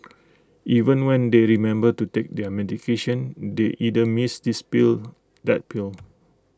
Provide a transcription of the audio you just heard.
even when they remember to take their medication they either miss this pill that pill